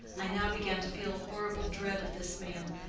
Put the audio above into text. i now began to feel a horrible dread of this man,